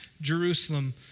Jerusalem